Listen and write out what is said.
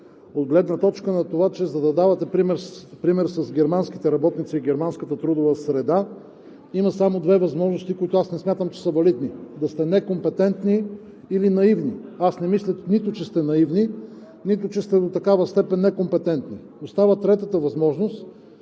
от гледна точка на това, че за да давате пример с германските работници и германската трудова среда, има само две възможности, които не смятам, че са валидни – да сте некомпетентен или наивен. Не мисля нито, че сте наивен, нито че сте до такава степен некомпетентен. Остава третата възможност